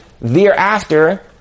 thereafter